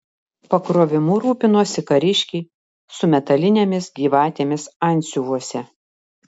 pakrovimu rūpinosi kariškiai su metalinėmis gyvatėmis antsiuvuose